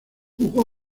jugó